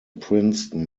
princeton